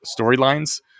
storylines